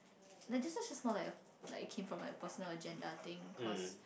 I just now she small like a like it came from like personal agenda thing cause